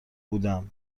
بودم